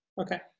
Okay